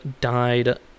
died